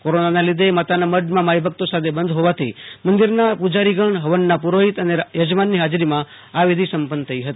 કોરોનાને લીધે માતાના મઢ માઈ ભક્તો માટે બંધ હોવાથી મંદિરના પૂ જારી ગણ હવનના પુ રોહિત અને યજમાનની હાજરીમાં આ વિધિ સંપન્ન થઈ હતી